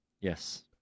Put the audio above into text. Yes